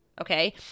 okay